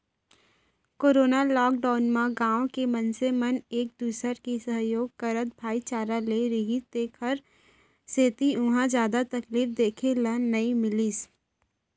corona lockdown म गाँव के मनसे मन एक दूसर के सहयोग करत भाईचारा ले रिहिस तेखर सेती उहाँ जादा तकलीफ देखे ल नइ मिलिस